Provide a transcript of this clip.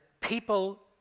people